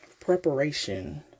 preparation